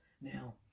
Now